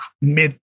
mid